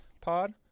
pod